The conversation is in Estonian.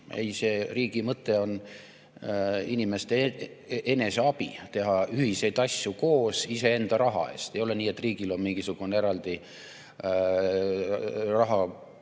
Ei, riigi mõte on inimeste eneseabi, teha ühiseid asju koos iseenda raha eest. Ei ole nii, et riigil on mingisugune eraldi